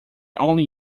only